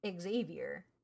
Xavier